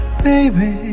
baby